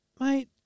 mate